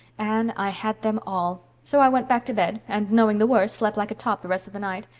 anne, i had them all. so i went back to bed, and knowing the worst, slept like a top the rest of the night.